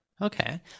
Okay